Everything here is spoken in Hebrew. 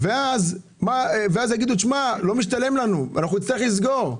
ואז יגידו: לא משתלם לנו, נצטרך לסגור.